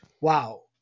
wow